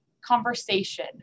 conversation